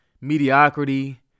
mediocrity